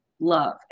love